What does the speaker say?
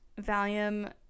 Valium